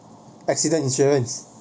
accident insurance